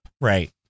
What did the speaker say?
Right